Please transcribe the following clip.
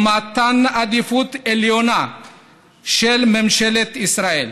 ומתן עדיפות עליונה של ממשלת ישראל.